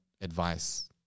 advice